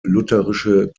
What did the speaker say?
lutherische